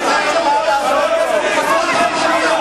(חבר הכנסת ג'מאל זחאלקה יוצא מאולם המליאה.) חבר הכנסת חסון,